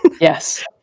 Yes